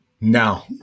Now